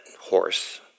horse